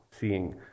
seeing